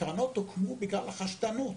הקרנות הוקמו בגלל החשדנות